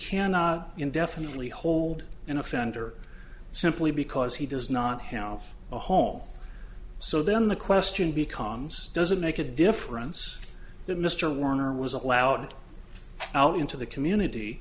cannot indefinitely hold an offender simply because he does not have a home so then the question becomes does it make a difference that mr warner was allowed out into the community